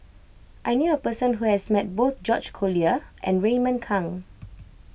I knew a person who has met both George Collyer and Raymond Kang